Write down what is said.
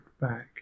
back